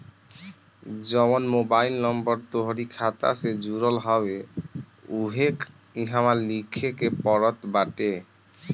जवन mobile number तोहरी खाता से जुड़ल हवे उहवे इहवा लिखे के पड़त बाटे